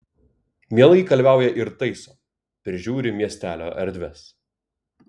mielai kalviauja ir taiso prižiūri miestelio erdves